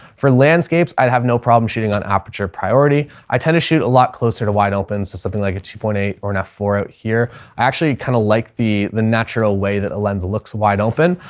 for landscapes, i'd have no problem shooting on aperture priority. i tend to shoot a lot closer to wide open. so something like a two point eight or not four out here. i actually kind of like the, the natural way that a lens looks wide open.